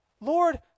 Lord